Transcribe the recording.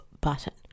button